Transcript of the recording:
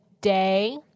day